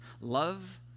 Love